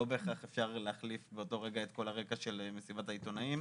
לא בהכרח אפשר להחליף באותו רגע את כל הרקע של מסיבת העיתונאים,